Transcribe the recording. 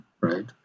right